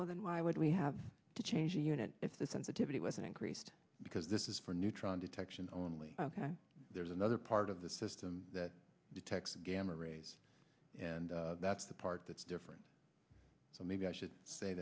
well then why would we have to change a unit if the sensitivity was an increased because this is for neutron detection only ok there's another part of the system that detects gamma rays and that's the part that's different so maybe i should